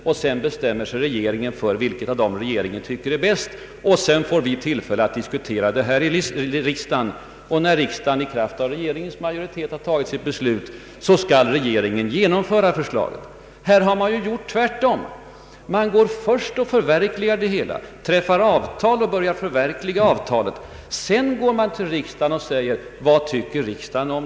Regeringen bestämmer sig för vilket av alternativen som är bäst varefter vi bereds tillfälle att diskutera dem här i riksdagen. När riksdagen har fattat sitt beslut, skall regeringen genomföra det. Här har regeringen gjort tvärtom. Först har man träffat avtal med utomstående och också börjat förverkliga dem. Sedan har man gått till riksdagen och frågat vad den tycker.